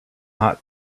hot